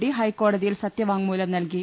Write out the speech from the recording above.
D ഹൈക്കോടതിയിൽ സത്യവാങ്മൂലം നൽകി